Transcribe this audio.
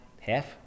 Half